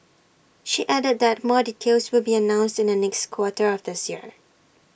she added that more details will be announced in the next quarter of this year